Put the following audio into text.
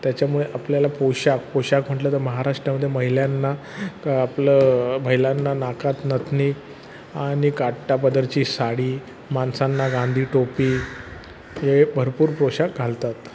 त्याच्यामुळे आपल्याला पोशाख पोशाख म्हटलं तर महाराष्ट्रामध्ये महिलांना आपलं महिलांना नाकात नथनी आणि काठापदराची साडी माणसांना गांधीटोपी हे भरपूर पोशाख घालतात